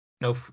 no